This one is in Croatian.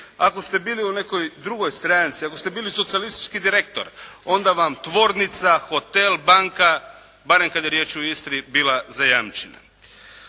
Ako ste bili u nekoj drugoj stranci, ako ste bili socijalistički direktor onda vam tvornica, hotel, banka, barem kada je riječ o Istri, bila zajamčena.